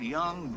young